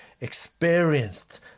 experienced